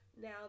Now